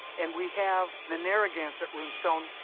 and we have the narragansett rune stone.